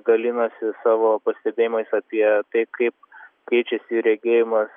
dalinasi savo pastebėjimais apie tai kaip keičiasi regėjimas